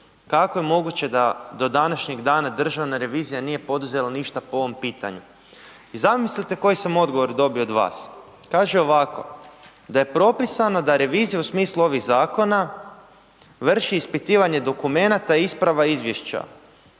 kako je moguće da do današnjeg dana Državna revizija nije poduzela ništa po ovom pitanju? I zamislite koji sam odgovor dobio od vas, kaže ovako, da je propisano da revizija u smislu ovih zakona vrši ispitivanje dokumenata, isprava i izvješća,